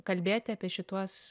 kalbėti apie šituos